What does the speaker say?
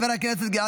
חברת הכנסת שרון ניר,